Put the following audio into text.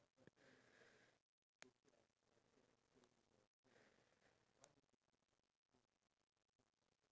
and she feels much more tired so that we already done but do you think it's also important for us to educate the elderly